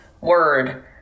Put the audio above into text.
word